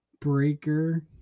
breaker